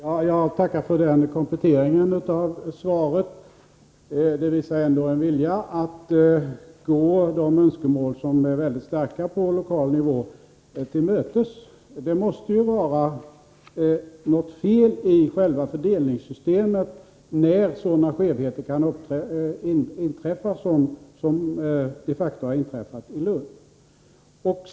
Herr talman! Jag tackar för kompletteringen av svaret. Detta visar ändå en vilja att gå de önskemål som är mycket starka på lokal nivå till mötes. Det måste ju vara något fel i själva fördelningssystemet när sådana skevheter kan inträffa som de facto har inträffat i Lund.